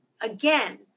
Again